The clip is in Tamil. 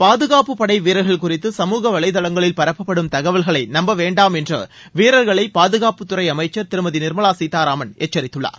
பாதுகாப்பு படை வீரர்கள் குறித்து சமூக வலைதளங்களில் பரப்பப்படும் தகவல்களை நம்ப வேண்டாம் என்று வீரர்களை பாதுகாப்புத்துறை அமைச்சர் திருமதி நிர்மலா சீதாராமன் எச்சரித்துள்ளார்